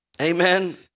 amen